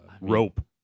Rope